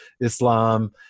islam